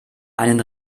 einen